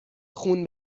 خون